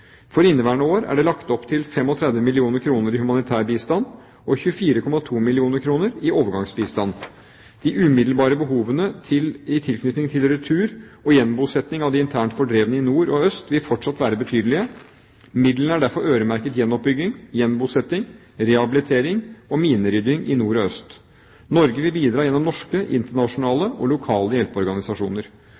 For inneværende år er det lagt opp til 35 mill. kr i humanitær bistand og 24,2 mill. kr i overgangsbistand. De umiddelbare behovene i tilknytning til retur og gjenbosetting av de internt fordrevne i nord og øst vil fortsatt være betydelige. Midlene er derfor øremerket gjenoppbygging, gjenbosetting, rehabilitering og minerydding i nord og øst. Norge vil bidra gjennom norske, internasjonale og lokale hjelpeorganisasjoner.